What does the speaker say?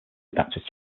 adaptive